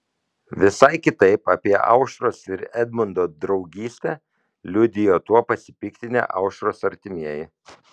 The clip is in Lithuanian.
visai kitaip apie aušros ir edmundo draugystę liudijo tuo pasipiktinę aušros artimieji